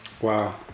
Wow